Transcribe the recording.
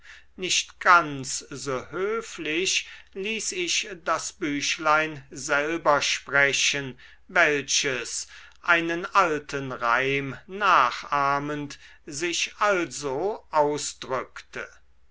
nicht ganz so höflich ließ ich das büchlein selber sprechen welches einen alten reim nachahmend sich also ausdrückte